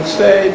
say